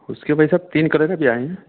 उसके भाई साहब तीन कलर हैं अभी आए हैं